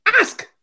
ask